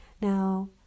Now